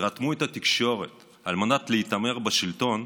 רתמו את התקשורת על מנת להתעמר בשלטון,